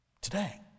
Today